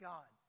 God